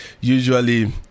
usually